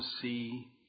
see